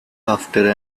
after